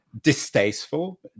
distasteful